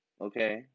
Okay